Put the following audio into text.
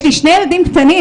יש לי שני ילדים קטנים,